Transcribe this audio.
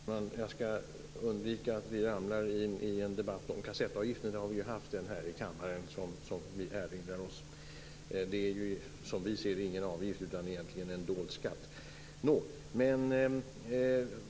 Herr talman! Jag skall undvika att vi hamnar i en debatt om kassettavgiften. Vi har ju redan haft en sådan här i kammaren, som vi kan erinra oss. Vi ser det inte som en avgift, utan det är egentligen en dold skatt.